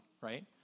right